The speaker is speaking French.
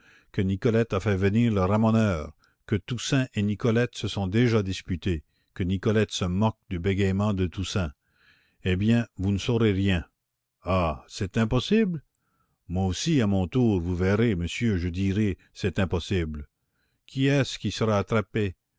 que nicolette a fait venir le ramoneur que toussaint et nicolette se sont déjà disputées que nicolette se moque du bégayement de toussaint eh bien vous ne saurez rien ah c'est impossible moi aussi à mon tour vous verrez monsieur je dirai c'est impossible qui est-ce qui sera attrapé